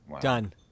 Done